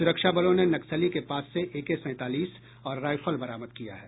सुरक्षा बलों ने नक्सली के पास से एके सैंतालीस और राईफल बरामद किया है